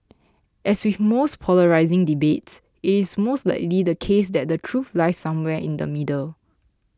as with most polarising debates it is most likely the case that the truth lies somewhere in the middle